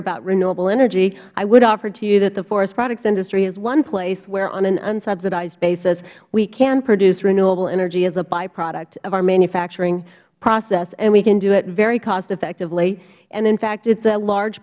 about renewable energy i would offer to you that the forestproducts industry is one place where on an unsubsidized basis we can produce renewable energy as a byproduct of our manufacturing process and we can do it very costeffectively and in fact it is a large